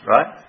Right